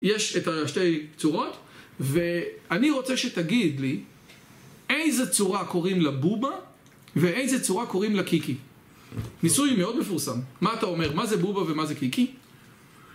יש את השתי צורות, ואני רוצה שתגיד לי איזה צורה קוראים לבובה, ואיזה צורה קוראים לקיקי? ניסוי מאוד מפורסם. מה אתה אומר, מה זה בובה ומה זה קיקי?